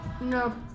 No